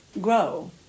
grow